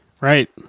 Right